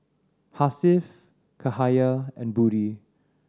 Hasif Cahaya and Budi